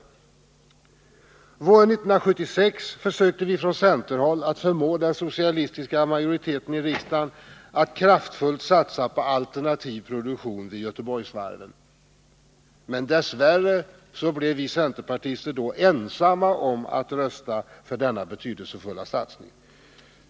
Våren 1976 försökte vi från centerhåll att förmå den socialistiska majoriteten i riksdagen att kraftfullt satsa på alternativ produktion vid Göteborgsvarven. Men dess värre blev vi centerpartister då ensamma om att rösta för denna betydelsefulla satsning.